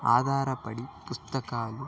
ఆధారపడి పుస్తకాలు